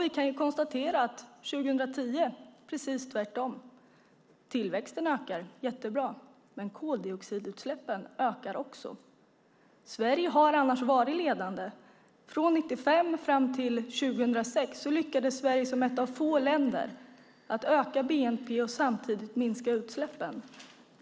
Vi kan konstatera att det 2010 är precis tvärtom. Tillväxten ökar. Det är jättebra, men koldioxidutsläppen ökar också. Sverige har annars varit ledande. Från 1995 fram till 2006 lyckades Sverige som ett av få länder öka bnp och samtidigt minska utsläppen.